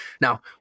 Now